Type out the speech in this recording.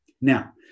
Now